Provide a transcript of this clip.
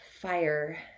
fire